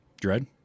Dread